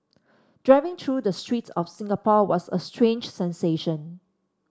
driving through the streets of Singapore was a strange sensation